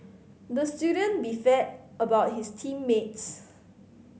the student about his team mates